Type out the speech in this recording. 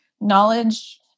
knowledge